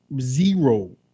Zero